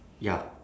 ya